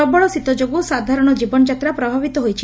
ପ୍ରବଳଶୀତ ଯୋଗୁଁ ସାଧାରଶ ଜୀବନଯାତ୍ରା ପ୍ରଭାବିତ ହୋଇଛି